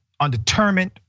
undetermined